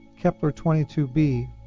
Kepler-22b